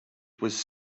was